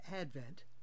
Advent